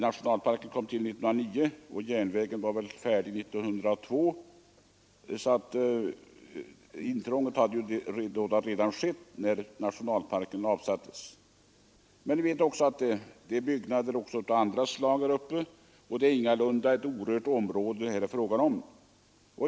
Nationalparken kom till 1909 och järnvägen var färdig 1902. Intrånget hade alltså redan skett när nationalparksområdet avsattes. Men det är också bebyggelse av annat slag där uppe, det är ingalunda ett orört område det här är fråga om.